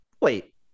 Wait